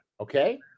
Okay